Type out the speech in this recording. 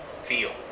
feel